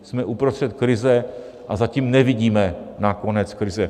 Jsme uprostřed krize a zatím nevidíme na konec krize.